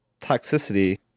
toxicity